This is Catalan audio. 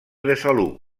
besalú